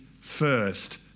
first